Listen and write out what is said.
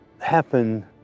happen